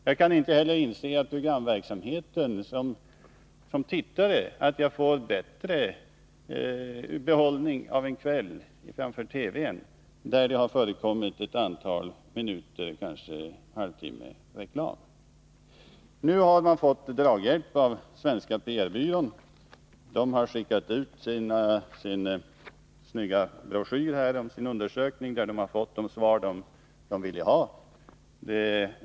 Jag kan heller inte som tittare inse att jag får bättre behållning aven kväll framför TV, när det förekommer ett antal minuter eller kanske en Nu har man fått draghjälp av Svenska PR-Byrån. Den har skickat ut sin snygga broschyr om den undersökning man gjort och där man fått de svar man ville ha.